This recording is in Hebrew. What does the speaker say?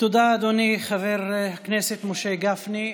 תודה, אדוני חבר הכנסת משה גפני.